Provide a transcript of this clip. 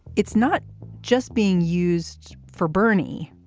it's not just being used for bernie.